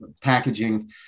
packaging